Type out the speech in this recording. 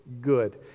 good